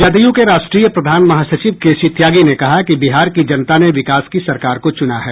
जदयू के राष्ट्रीय प्रधान महासचिव के सी त्यागी ने कहा कि बिहार की जनता ने विकास की सरकार को चुना है